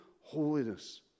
holiness